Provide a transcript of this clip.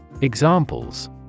Examples